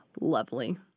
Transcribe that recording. Lovely